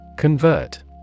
Convert